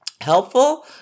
helpful